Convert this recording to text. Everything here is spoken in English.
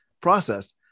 process